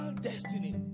destiny